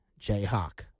Jayhawk